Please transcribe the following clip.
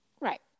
Right